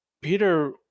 Peter